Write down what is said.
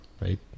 right